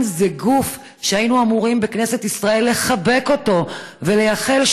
זה גוף שהיינו אמורים בכנסת ישראל לחבק אותו ולייחל,